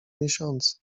miesiąca